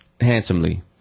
handsomely